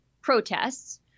protests